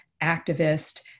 activist